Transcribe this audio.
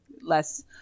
less